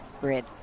grid